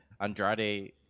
Andrade